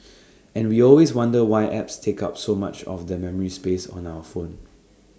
and we always wonder why apps take up so much of the memory space on our phone